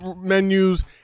menus